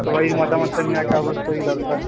সবারই মতামতটা নেওয়াটা অবশ্যই দরকার